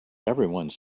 everyone